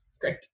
great